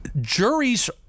juries